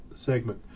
segment